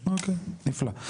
אוקיי, נפלא.